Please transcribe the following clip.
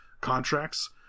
contracts